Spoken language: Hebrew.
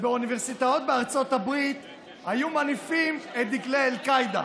שבאוניברסיטאות בארצות הברית היו מניפים את דגלי אל-קאעידה,